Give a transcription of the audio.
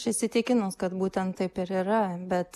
aš įsitikinus kad būtent taip ir yra bet